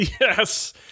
Yes